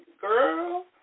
girl